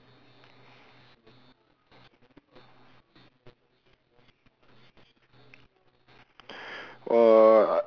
oh